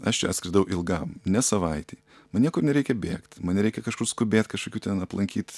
aš čia atskridau ilgam ne savaitei man niekur nereikia bėgt man nereikia kažkur skubėt kažkokių ten aplankyt